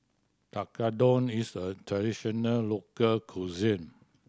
tekkadon is a traditional local cuisine